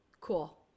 cool